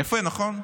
יפה, נכון?